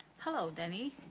hello denny,